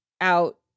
out